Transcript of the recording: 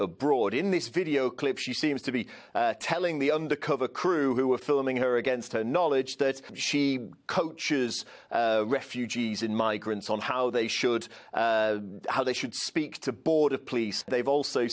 abroad in this video clip she seems to be telling the undercover crew who were filming her against her knowledge that she coaches refugees and migrants on how they should how they should speak to border police they've also